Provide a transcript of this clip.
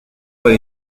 para